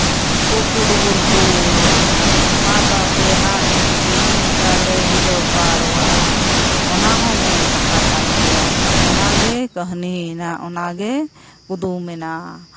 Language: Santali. ᱠᱩᱠᱩᱰᱩᱵᱩᱨ ᱠᱚ ᱢᱟ ᱛᱟᱯᱮ ᱦᱟᱸᱥᱜᱩᱴᱤ ᱫᱤᱱᱤ ᱛᱟᱞᱮ ᱦᱤᱨᱟᱹ ᱯᱟᱨᱣᱟ ᱚᱱᱟ ᱦᱚᱸ ᱢᱮᱱ ᱠᱟᱛᱷᱟ ᱠᱟᱱ ᱜᱮᱭᱟ ᱚᱱᱟᱜᱮ ᱠᱟᱹᱦᱱᱤᱭᱮᱱᱟ ᱚᱱᱟᱜᱮ ᱠᱩᱫᱩᱢᱮᱱᱟ